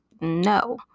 no